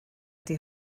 ydy